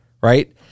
right